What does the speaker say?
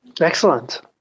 Excellent